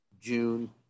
June